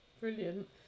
brilliant